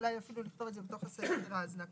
אולי אפילו לכתוב את זה בתוך הסעיף של ההזנקה.